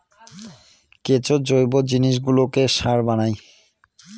কেঁচো জৈব জিনিসগুলোকে সার বানায়